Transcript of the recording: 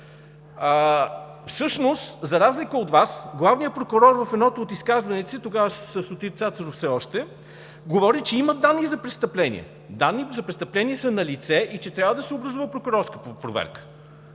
Всъщност за разлика от Вас главният прокурор в едното от изказванията си – тогава все още Сотир Цацаров, говорѝ, че има данни за престъпление, данни за престъпление са налице и че трябва да се образува прокурорска проверка.